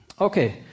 Okay